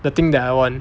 the thing that I want